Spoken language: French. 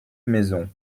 maisons